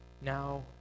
now